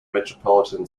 metropolitan